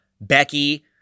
Becky